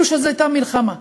זו הייתה כאילו מלחמה.